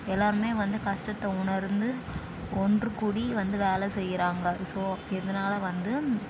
எல்லாேருமே வந்து கஷ்டத்த உணர்ந்து ஒன்றுக்கூடி வந்து வேலை செய்கிறாங்க ஸோ இதனால வந்து